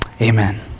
amen